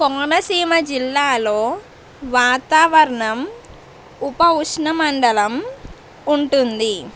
కోనసీమ జిల్లాలో వాతావరణం ఉపఉష్ణ మండలం ఉంటుంది